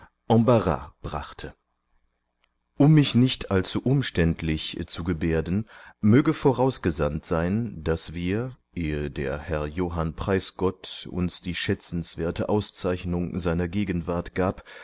embarras brachte um mich nicht allzu umständlich zu gebärden möge vorausgesandt sein daß wir ehe der herr johann preisgott uns die schätzenswerte auszeichnung seiner gegenwart gab